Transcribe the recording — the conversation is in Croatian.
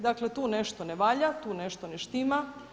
Dakle tu nešto ne valja, tu nešto ne štima.